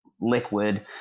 liquid